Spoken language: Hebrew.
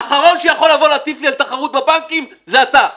האחרון שיכול לבוא להטיף לי על תחרות בבנקים זה אתה.